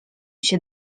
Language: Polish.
się